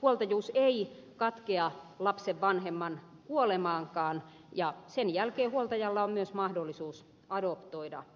huoltajuus ei katkea lapsen vanhemman kuolemaankaan ja sen jälkeen huoltajalla on myös mahdollisuus adoptoida lapsi